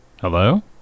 hello